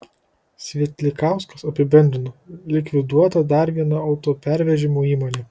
svietlikauskas apibendrino likviduota dar viena autopervežimų įmonė